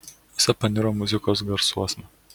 visa paniro muzikos garsuosna